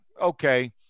okay